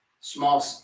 Small